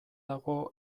dago